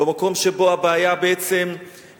מהמקום שבו הבעיה מלובה,